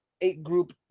eight-group